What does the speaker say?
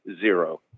zero